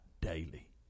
daily